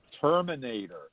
Terminator